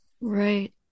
Right